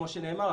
כמו שנאמר,